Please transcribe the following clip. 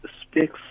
speaks